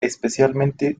especialmente